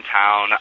town